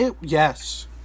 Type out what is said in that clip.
Yes